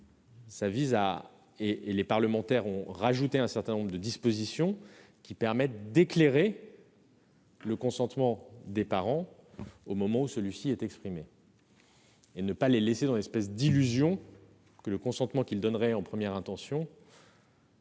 le contraire ! Les parlementaires ont ainsi ajouté un certain nombre de dispositions qui permettent d'éclairer le consentement des parents au moment où celui-ci est exprimé et de ne pas les entretenir dans l'illusion que le consentement qu'ils donneraient en première intention